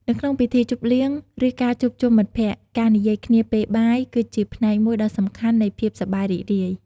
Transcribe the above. នៅក្នុងពិធីជប់លៀង ឬការជួបជុំមិត្តភក្តិ ការនិយាយគ្នាពេលបាយ គឺជាផ្នែកមួយដ៏សំខាន់នៃភាពសប្បាយរីករាយ។